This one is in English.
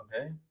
okay